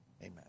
amen